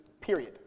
period